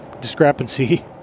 discrepancy